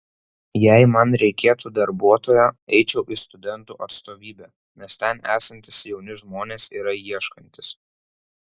jei man reikėtų darbuotojo eičiau į studentų atstovybę nes ten esantys jauni žmonės yra ieškantys